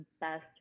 best